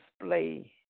display